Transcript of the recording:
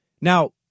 Now